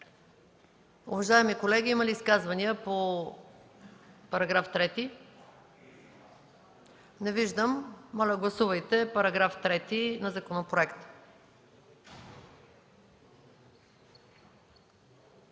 Уважаеми колеги, има ли изказвания по § 3? Не виждам. Моля, гласувайте § 3 от законопроекта.